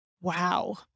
wow